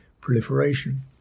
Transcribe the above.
proliferation